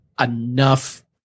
enough